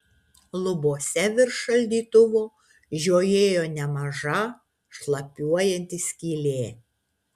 lubose virš šaldytuvo žiojėjo nemaža šlapiuojanti skylė